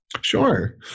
Sure